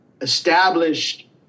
established